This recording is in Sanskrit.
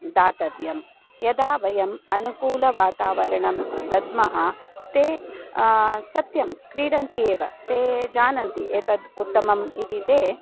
दातव्यं यदा वयम् अनुकूलं वातावरणं दद्मः ते सत्यं क्रीडन्ति एव ते जानन्ति एतद् उत्तमम् इति ते